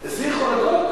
לזיכרון,